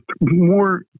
more